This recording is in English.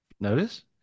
Notice